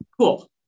cool